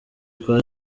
kwa